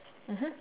mmhmm